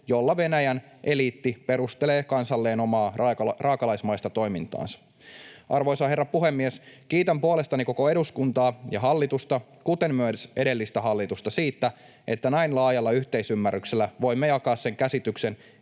jolla Venäjän eliitti perustelee kansalleen omaa raakalaismaista toimintaansa. Arvoisa herra puhemies! Kiitän puolestani koko eduskuntaa ja hallitusta, kuten myös edellistä hallitusta, siitä, että näin laajalla yhteisymmärryksellä voimme jakaa sen käsityksen,